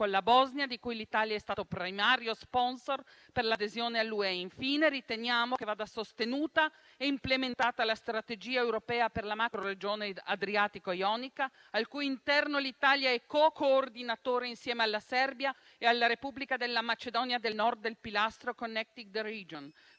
Grazie a tutti